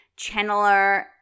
channeler